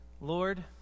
Lord